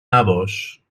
نباش